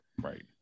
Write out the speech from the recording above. Right